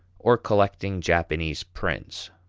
or collecting japanese prints,